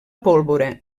pólvora